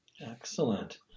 Excellent